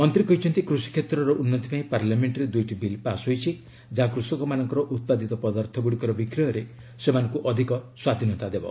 ମନ୍ତ୍ରୀ କହିଛନ୍ତି କୃଷି କ୍ଷେତ୍ରର ଉନ୍ନତି ପାଇଁ ପାର୍ଲାମେଣ୍ଟରେ ଦୁଇଟି ବିଲ୍ ପାସ୍ ହୋଇଛି ଯାହା କୃଷକମାନଙ୍କର ଉତ୍ପାଦିତ ପଦାର୍ଥଗୁଡ଼ିକର ବିକ୍ରୟରେ ସେମାନଙ୍କୁ ଅଧିକ ସ୍ୱାଧୀନତା ଦେବ